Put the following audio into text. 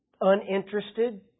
uninterested